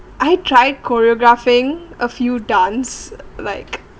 I tried choreographing a few dance like